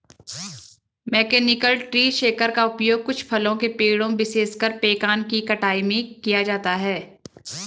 mechanical tree shaker का उपयोग कुछ फलों के पेड़ों, विशेषकर पेकान की कटाई में किया जाता है